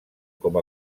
com